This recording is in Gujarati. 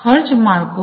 ખર્ચ માળખું